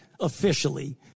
Officially